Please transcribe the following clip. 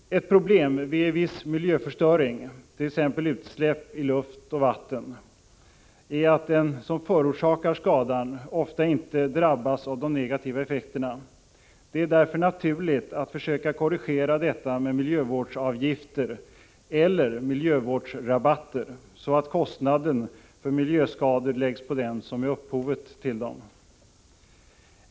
Ett problem vid viss miljöförstöring, t.ex. utsläpp i luft och vatten, är att den som förorsakar skadan ofta inte drabbas av de negativa effekterna. Det är därför naturligt att försöka korrigera detta med miljövårdsavgifter, eller miljövårdsrabatter, så att kostnaden för miljöskador läggs på den som är upphovet till dem.